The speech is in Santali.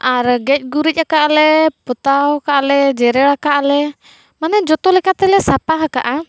ᱟᱨ ᱜᱮᱡ ᱜᱩᱨᱤᱡ ᱠᱟᱜ ᱟᱞᱮ ᱯᱚᱛᱟᱣ ᱠᱟᱜ ᱟᱞᱮ ᱡᱮᱨᱮᱲ ᱠᱟᱜ ᱟᱞᱮ ᱢᱟᱱᱮ ᱡᱚᱛᱚ ᱞᱮᱠᱟᱛᱮᱞᱮ ᱥᱟᱯᱟᱦᱟᱠᱟᱜᱼᱟ